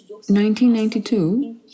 1992